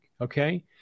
Okay